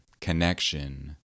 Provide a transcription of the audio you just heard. connection